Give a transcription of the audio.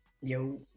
Yo